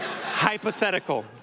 Hypothetical